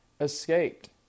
escaped